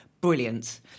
brilliant